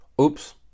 Oops